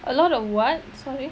a lot of what sorry